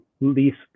least